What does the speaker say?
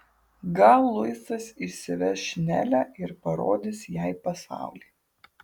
gal luisas išsiveš nelę ir parodys jai pasaulį